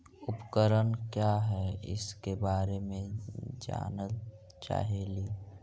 उपकरण क्या है इसके बारे मे जानल चाहेली?